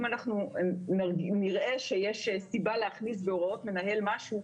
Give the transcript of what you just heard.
אם אנחנו נראה שיש סיבה להכניס בהוראות מנהל משהו,